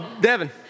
Devin